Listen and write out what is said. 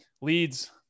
leads